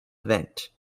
event